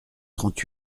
trente